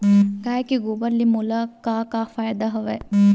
गाय के गोबर ले मोला का का फ़ायदा हवय?